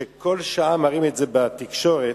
שכל שעה מראים את זה בתקשורת,